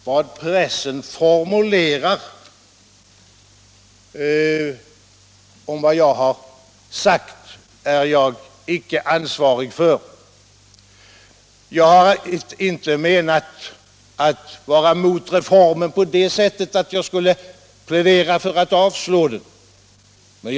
Herr talman! De av mina uttalanden som pressen formulerat om är jag icke ansvarig för. Jag har inte menat att vara emot reformen på det sättet att jag skulle plädera för att avslå den.